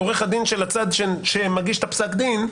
על ידי עורך הדין של הצד שמגיש את פסק הדין: